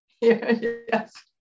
yes